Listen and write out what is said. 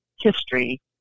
history